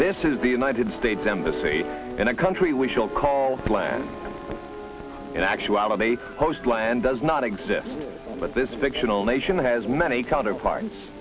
this is the united states embassy in a country we shall call plan in actuality post land does not exist but this fictional nation has many counterparts